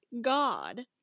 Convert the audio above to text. God